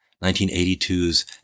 1982's